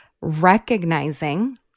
recognizing